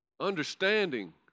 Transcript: Understanding